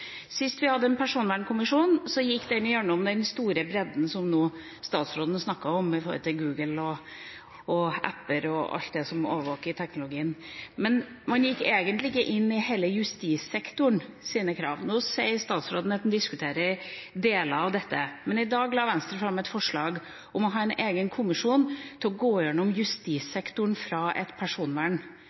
Sist vi hadde en personvernkommisjon, gjennomgikk man den store bredden som statsråden snakket om nå, Google og apper og alt det som overvåker i teknologien, men man gikk egentlig ikke inn i hele justissektorens krav. Nå sier statsråden at han diskuterer deler av dette. Men i dag la Venstre fram et forslag om å få en egen kommisjon til å gjennomgå justissektoren fra et